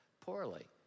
poorly